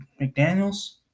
McDaniels